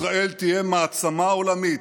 ישראל תהיה מעצמה עולמית,